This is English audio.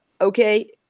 okay